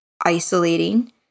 isolating